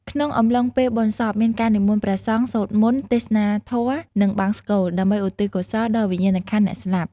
ក្នុងអំឡុងពេលបុណ្យសព មានការនិមន្តព្រះសង្ឃសូត្រមន្ត ទេសនាធម៌ និងបង្សុកូល ដើម្បីឧទ្ទិសកុសលដល់វិញ្ញាណក្ខន្ធអ្នកស្លាប់។